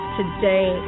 today